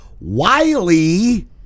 Wiley